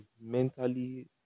mentally